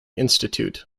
institute